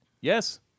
Yes